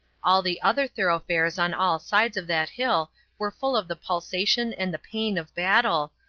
all the other thoroughfares on all sides of that hill were full of the pulsation and the pain of battle,